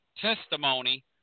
testimony